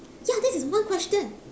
ya this is one question